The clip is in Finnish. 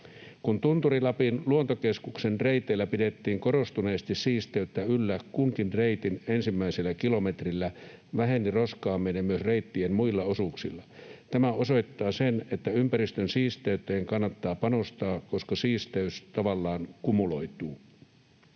Kun Tunturi-Lapin luontokeskuksen reiteillä pidettiin korostuneesti siisteyttä yllä kunkin reitin ensimmäisellä kilometrillä, väheni roskaaminen myös reittien muilla osuuksilla. Tämä osoittaa sen, että ympäristön siisteyteen kannattaa panostaa, koska siisteys tavallaan kumuloituu.